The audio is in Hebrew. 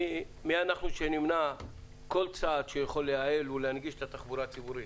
מי אנחנו שנמנע כל צעד שיכול לייעל ולהנגיש את התחבורה הציבורית.